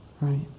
right